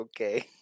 okay